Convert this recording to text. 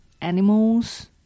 animals